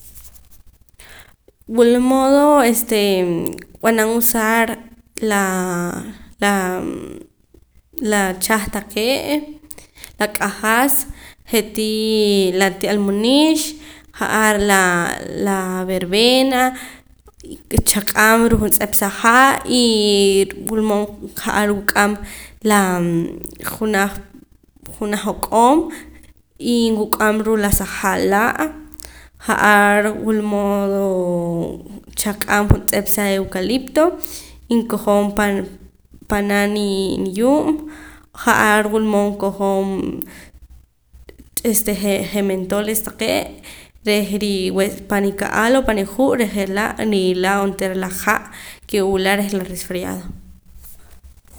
Wulmodo este b'anam usar la chaj taqee' la q'ajas je'tii la ti almunix ja'ar laa la verbena chaq'aam ruu' juntz'ep sa ha' y wulmood ja'ar wuk'am la junaj junaj oq'oom y wuk'am ruu' la sa ha' laa' ja'ar wulmodo chaq'aam juntz'ep sa eucalipto y nkojom pan pana' nii niyuub' ja'ar wulmood kojom este je' je' meltones taqee' reh riweh o pani ka'al o paniju' reh je'laa rila onteera la ha' ke wula reh la resfriado